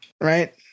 right